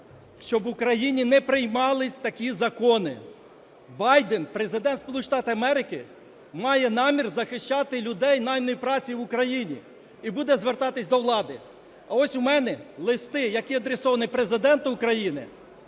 щоб в Україні не приймалися такі закони. Байден Президент Сполучених Штатів Америки має намір захищати людей найманої праці в Україні і буде звертатися до влади. Ось у мене листи, які адресовані Президенту України,